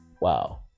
Wow